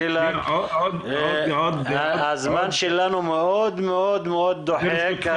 הזמן שלנו מאוד דוחק.